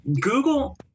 Google